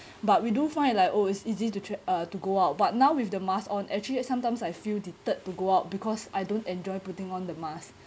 but we do find like oh it's easy to to uh to go out but now with the mask on actually sometimes I feel deterred to go out because I don't enjoy putting on the mask